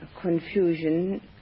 Confusion